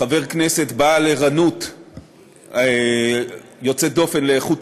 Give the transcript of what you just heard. חבר כנסת בעל ערנות יוצאת דופן לאיכות